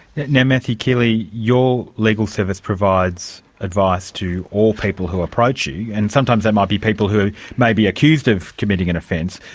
now matthew keeley, your legal service provides advice to all people who approach you, and sometimes that might be people who may be accused of committing an offence,